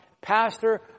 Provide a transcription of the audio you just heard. pastor